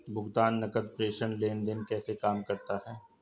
भुगतान नकद प्रेषण लेनदेन कैसे काम करता है?